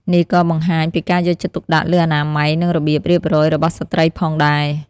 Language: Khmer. នេះក៏បង្ហាញពីការយកចិត្តទុកដាក់លើអនាម័យ និងរបៀបរៀបរយរបស់ស្ត្រីផងដែរ។